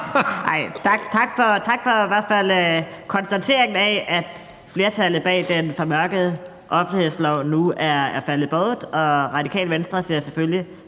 Tak for i hvert fald konstateringen af, at flertallet bag den formørkede offentlighedslov nu er faldet bort, og Det Radikale Venstre ser selvfølgelig